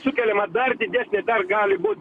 sukeliama dar didesnė dar gali būt